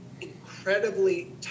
incredibly